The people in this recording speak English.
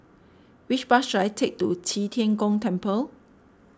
which bus should I take to Qi Tian Gong Temple